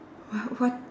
what what